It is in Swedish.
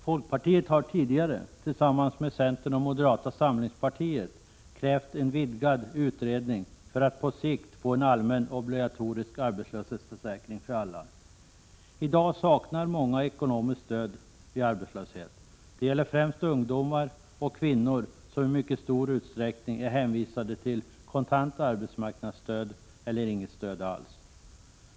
Folkpartiet har tidigare tillsammans med centern och moderata samlingspartiet krävt en vidgad utredning för att på sikt få till stånd en allmän obligatorisk arbetslöshetsförsäkring för alla. I dag saknar många ekonomiskt stöd vid arbetslöshet. Det gäller främst ungdomar och kvinnor, som i mycket stor utsträckning är hänvisade till kontant arbetsmarknadsstöd eller inget stöd alls.